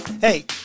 hey